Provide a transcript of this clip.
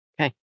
Okay